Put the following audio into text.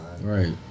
Right